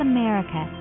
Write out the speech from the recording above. America